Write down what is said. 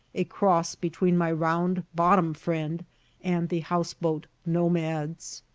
a cross between my round bottom friend and the houseboat nomads.